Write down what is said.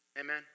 Amen